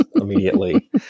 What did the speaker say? immediately